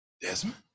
Desmond